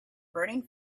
burning